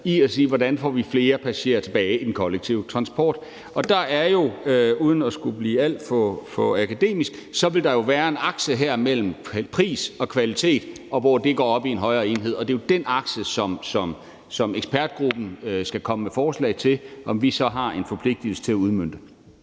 spørgsmålet: Hvordan får vi flere passagerer tilbage i den kollektive transport? Der er jo uden at skulle blive alt for akademisk en akse her mellem pris og kvalitet, og det skal gå op i en højere enhed. Det er jo den akse, som ekspertgruppen skal se på, og de skal komme forslag til, om vi så har en forpligtigelse til at udmønte